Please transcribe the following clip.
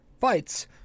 fights